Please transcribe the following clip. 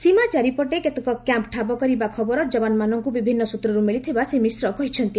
ସୀମା ଚାରିପଟେ କେତେକ କ୍ୟାମ୍ପ ଠାବ କରିବା ଖବର ଯବାନମାନଙ୍କୁ ବିଭିନ୍ନ ସୂତ୍ରରୁ ମିଳିଥିବା ଶ୍ରୀ ମିଶ୍ର କହିଛନ୍ତି